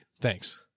Thanks